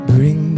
Bring